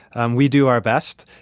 and we do our best,